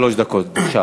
עד שלוש דקות, בבקשה.